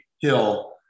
hill